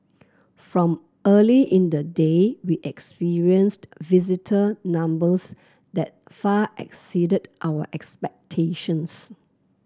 from early in the day we experienced visitor numbers that far exceeded our expectations